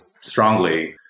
strongly